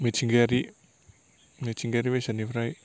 मिथिंगायारि मिथिंगायारि बेसादनिफ्राय